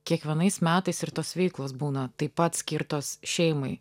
kiekvienais metais ir tos veiklos būna taip pat skirtos šeimai